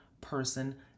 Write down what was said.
person